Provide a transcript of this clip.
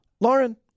lauren